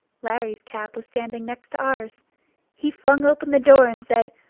larry's cab was standing next to ours he flung open the door, and said,